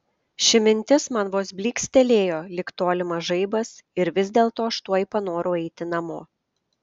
ši mintis man vos blykstelėjo lyg tolimas žaibas ir vis dėlto aš tuoj panorau eiti namo